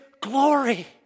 glory